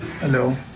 Hello